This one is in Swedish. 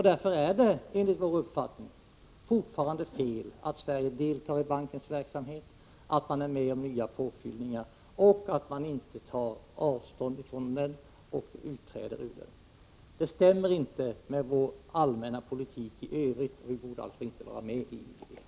Därför är det enligt vår uppfattning fortfarande fel att Sverige deltar i bankens verksamhet, att man är med om nya påfyllningar och att man inte tar avstånd från den och utträder ur den. Det stämmer inte med vår allmänna politik i övrigt, och vi borde alltså inte vara med i IDB.